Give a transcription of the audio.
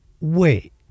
wait